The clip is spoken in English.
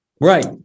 Right